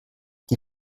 die